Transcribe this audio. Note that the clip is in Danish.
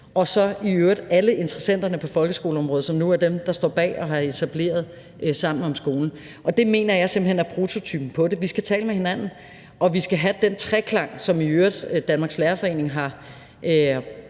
og så i øvrigt alle interessenterne på folkeskoleområdet, som nu var dem, der står bag og har etableret Sammen om skolen. Det mener jeg simpelt hen er prototypen på det. Vi skal tale med hinanden, og vi skal have den treklang, som Danmarks Lærerforening i